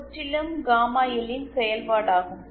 முற்றிலும் gamma L ன் செயல்பாடாகும்